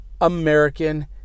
American